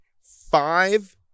five